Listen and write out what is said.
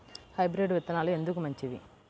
Hybrid విత్తనాలు ఎందుకు మంచివి?